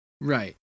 Right